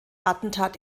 attentat